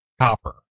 Copper